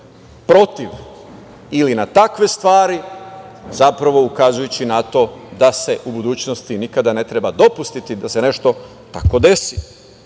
protiv, ili na takve stvari, zapravo ukazujući na to da u budućnosti nikada ne treba dopustiti da se nešto tako desi. Ne